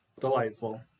delightful